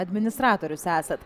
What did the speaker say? administratorius esat